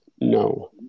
No